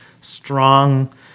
strong